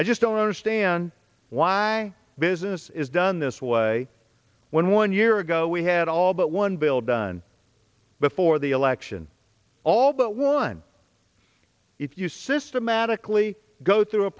i just don't understand why business is done this way when one year ago we had all but one bill done before the election all but one if you systematically go